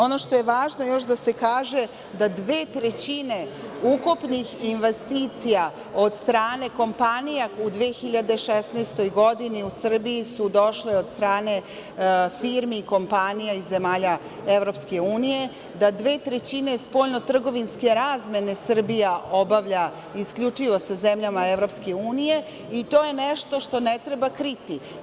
Ono što je važno još da se kaže, da dve trećine ukupnih investicija od strane kompanija u 2016. godini u Srbiji su došle od strane firmi i kompanija iz zemalja EU, da dve trećine spoljnotrgovinske razmene Srbija obavlja isključivo sa zemljama EU i to je nešto što ne treba kriti.